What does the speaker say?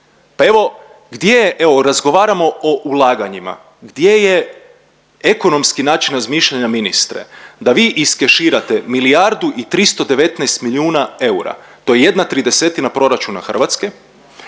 Pa evo gdje, evo razgovaramo o ulaganjima, gdje je ekonomski način razmišljanja ministre, da vi iskeširate milijardu i 319 milijuna eura to je 1/30 proračuna Hrvatske,